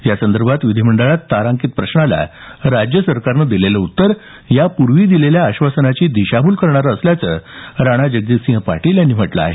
यासंदर्भात विधिमंडळात तारांकित प्रश्नाला राज्य सरकारने दिलेलं उत्तर या पूर्वी दिलेल्या आश्वासनाची दिशाभूल करणारं असल्याचं राणा जगजीतसिंह पाटील यांनी म्हटलं आहे